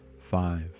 five